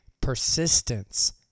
persistence